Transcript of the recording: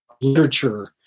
literature